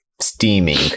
steaming